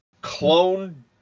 clone